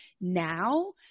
now